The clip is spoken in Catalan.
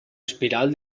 espiral